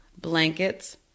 blankets